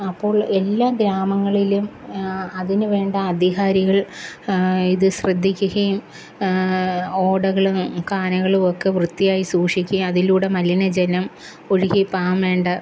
അപ്പോള് എല്ലാ ഗ്രാമങ്ങളിലും അതിനുവേണ്ട അധികാരികള് ഇത് ശ്രദ്ധിക്കുകയും ഓടകളും കാനകളുമൊക്കെ വൃത്തിയായി സൂക്ഷിക്കുകയും അതിലൂടെ മലിനജനം ഒഴുകി പോവാൻ വേണ്ട